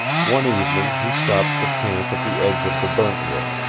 one evening he stopped for camp at the edge of the burntwood.